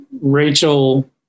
Rachel